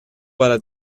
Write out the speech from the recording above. para